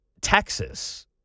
Texas